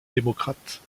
démocrates